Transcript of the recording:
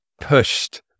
pushed